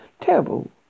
terrible